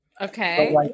Okay